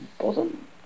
bottom